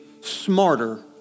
smarter